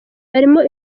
barimo